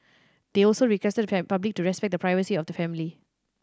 they also requested the public to respect the privacy of the family